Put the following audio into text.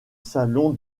salon